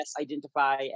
identify